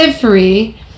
free